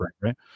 right